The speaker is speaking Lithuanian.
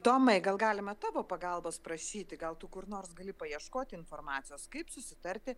tomai gal galima tavo pagalbos prašyti gal tu kur nors gali paieškoti informacijos kaip susitarti